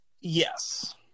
Yes